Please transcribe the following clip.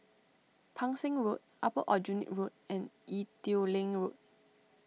Pang Seng Road Upper Aljunied Road and Ee Teow Leng Road